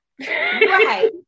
Right